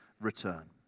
return